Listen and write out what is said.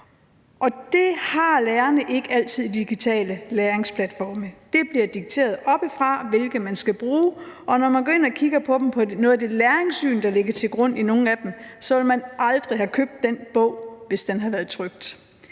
Og det har lærerne ikke altid i forhold til de digitale læringsplatforme. Det bliver dikteret oppefra, hvilke man skal bruge, og når man går ind og kigger på det læringssyn, der ligger til grund for nogle af dem, ville man aldrig have købt den bog, hvis den havde været trykt.